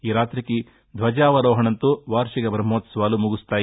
ఈ రాతికి ధ్వజావరోహణంతో వార్షిక ఐహ్మోత్సవాలు ముగుస్తాయి